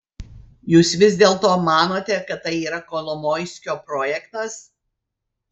jūs vis dėlto manote kad tai yra kolomoiskio projektas